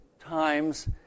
times